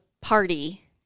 party